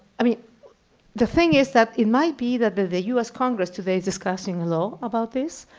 i mean the thing is that it might be that the the u s. congress today is discussing law about this,